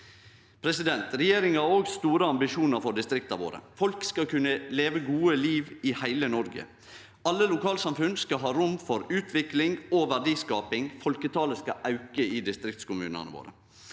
igjen. Regjeringa har òg store ambisjonar for distrikta våre. Folk skal kunne leve eit godt liv i heile Noreg. Alle lokalsamfunn skal ha rom for utvikling og verdiskaping, og folketalet skal auke i distriktskommunane våre.